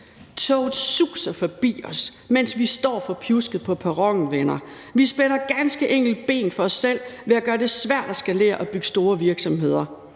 Toget suser forbi os, mens vi står forpjuskede på perronen, venner. Vi spænder ganske enkelt ben for os selv ved at gøre det svært at skalere og bygge store virksomheder.